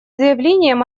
заявлением